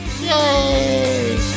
Yay